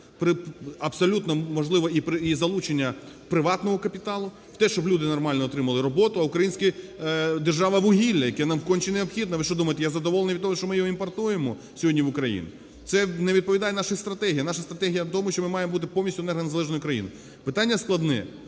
абсолютно, можливо, і залучення приватного капіталу, те, щоб люди нормальну отримали роботу, а українська держава - вугілля, яке нам конче необхідне. Ви що, думаєте, я задоволений від того, що ми його імпортуємо сьогодні в Україну? Це не відповідає нашій стратегії. Наша стратегія - в тому, що ми маємо бути повністю енергонезалежною країною. Питання складне.